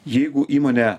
jeigu įmonė